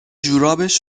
جورابش